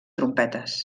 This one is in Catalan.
trompetes